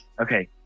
okay